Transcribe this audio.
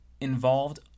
involved